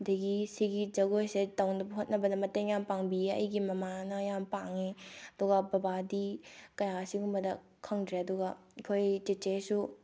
ꯑꯗꯨꯗꯒꯤ ꯁꯤꯒꯤ ꯖꯒꯣꯏꯁꯦ ꯇꯧꯅꯕ ꯍꯣꯠꯅꯕꯗ ꯃꯇꯦꯡ ꯌꯥꯝ ꯄꯥꯡꯕꯤꯑꯦ ꯑꯩꯒꯤ ꯃꯃꯥꯅ ꯌꯥꯝ ꯄꯥꯡꯉꯦ ꯑꯗꯨꯒ ꯕꯕꯥꯗꯤ ꯀꯌꯥ ꯑꯁꯤꯒꯨꯝꯕꯗ ꯈꯪꯗ꯭ꯔꯦ ꯑꯗꯨꯒ ꯑꯩꯈꯣꯏ ꯆꯦꯆꯦꯁꯨ